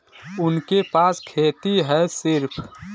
उनके पास खेती हैं सिर्फ